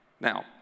Now